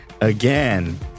again